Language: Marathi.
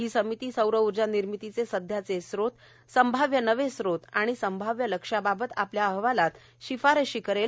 ही समिती सौर ऊर्जा निर्मितीचे सध्याचे स्रोत संभाव्य नवे स्रोत आणि संभाव्य लक्ष्याबाबत आपल्या अहवालात शिफारशी करेल